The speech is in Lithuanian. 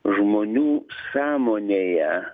žmonių sąmonėje